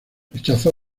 rechazó